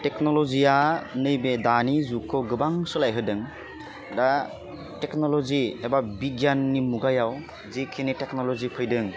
टेक्न'लजिया नैबे दानि जुगखौ गोबां सोलायहोदों दा टेक्न'लजि एबा बिगियाननि मुगायाव जिखिनि टेक्न'लजि फैदों